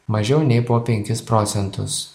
mažiau nei po penkis procentus